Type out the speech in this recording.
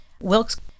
Wilkes